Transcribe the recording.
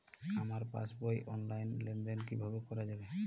আমার পাসবই র অনলাইন লেনদেন কিভাবে করা যাবে?